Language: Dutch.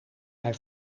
hij